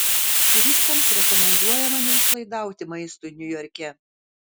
turistams rekomenduojama neišlaidauti maistui niujorke